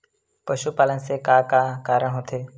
पशुपालन से का का कारण होथे?